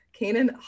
Kanan